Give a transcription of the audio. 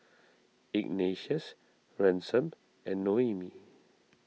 Ignatius Ransom and Noemie